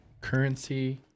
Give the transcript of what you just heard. currency